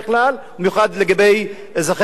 ובמיוחד לגבי אזרחיה הערבים?